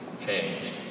changed